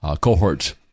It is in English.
cohorts